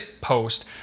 post